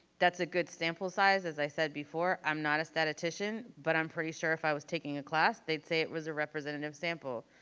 that's a good sample size, as i said before, i'm not a statistician, but i'm pretty sure if i was taking a class, they'd say it was a representative sample.